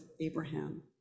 Abraham